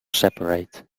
separate